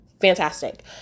Fantastic